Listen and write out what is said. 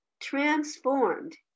transformed